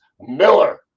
Miller